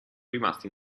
rimasti